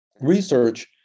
research